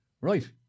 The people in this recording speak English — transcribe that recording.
Right